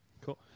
cool